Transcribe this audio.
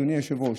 אדוני היושב-ראש,